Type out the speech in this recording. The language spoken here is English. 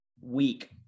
week